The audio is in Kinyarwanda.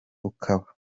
ukaba